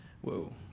Whoa